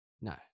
no